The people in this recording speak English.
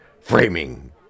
framing